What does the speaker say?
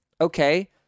okay